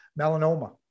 melanoma